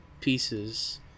pieces